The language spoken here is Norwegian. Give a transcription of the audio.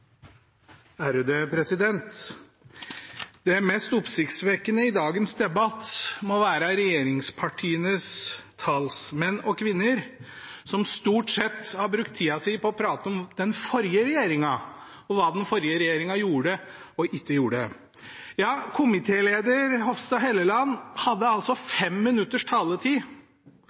stort handlingsrom. Det mest oppsiktsvekkende i dagens debatt må være regjeringspartienes talsmenn og -kvinner som stort sett har brukt tida si på å prate om den forrige regjeringen, og hva den forrige regjeringen gjorde og ikke gjorde. Komitéleder Hofstad Helleland hadde 5 minutters taletid